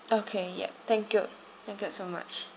okay yeah thank you thank you so much